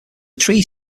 trees